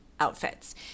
outfits